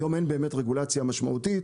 היום אין באמת רגולציה משמעותית,